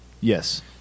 yes